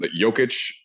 Jokic